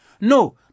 No